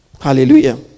Hallelujah